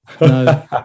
No